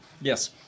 Yes